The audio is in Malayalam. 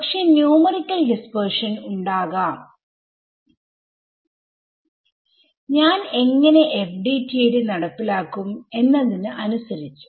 പക്ഷെ ന്യൂമറിക്കൽ ഡിസ്പെർഷൻഉണ്ടാകാം ഞാൻ എങ്ങനെ FDTD നടപ്പിലാക്കും എന്നതിന് അനുസരിച്ചു